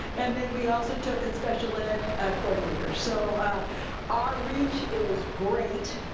and then we also took a special ed coordinator. so our reach is great.